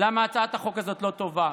למה הצעת החוק הזאת לא טובה.